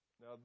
Now